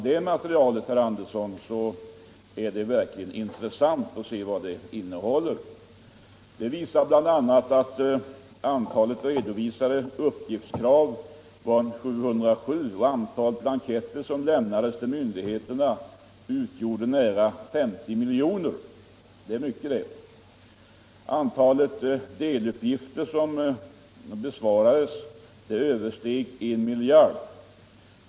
Det är verkligen intressant att se vad det materialet innehåller. Det visar bl.a. att antalet redovisade uppgiftskrav var 707 och att antalet blanketter som lämnades till myndigheterna utgjorde nära 50 miljoner. Det är mycket det. Antalet deluppgifter som besvarades översteg en mil Nr 32 jard.